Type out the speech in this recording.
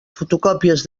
fotocòpies